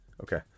Okay